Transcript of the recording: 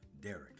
Derek